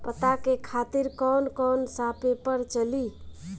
पता के खातिर कौन कौन सा पेपर चली?